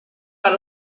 per